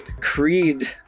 Creed